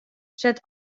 set